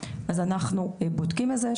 אז אנחנו בודקים את זה,